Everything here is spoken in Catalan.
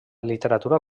literatura